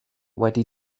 wedi